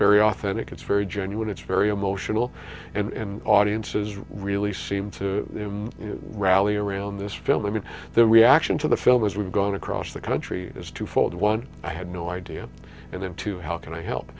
very authentic it's very genuine it's very emotional and audiences really seem to rally around this film i mean their reaction to the film as we've gone across the country is twofold one i had no idea and then two how can i help